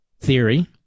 theory